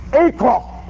equal